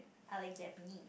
I like Japanese